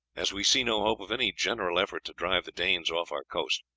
as we see no hope of any general effort to drive the danes off our coasts,